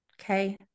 Okay